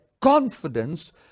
confidence